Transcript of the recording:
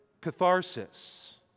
catharsis